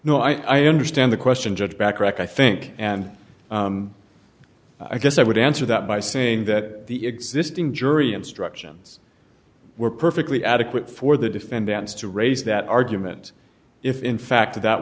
no i understand the question judge bacharach i think and i guess i would answer that by saying that the existing jury instructions were perfectly adequate for the defendants to raise that argument if in fact that